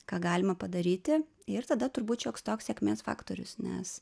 ką galima padaryti ir tada turbūt šioks toks sėkmės faktorius nes